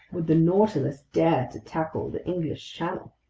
would the nautilus dare to tackle the english channel?